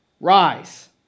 Rise